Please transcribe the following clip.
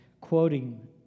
quoting